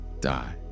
die